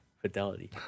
fidelity